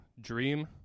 Dream